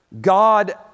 God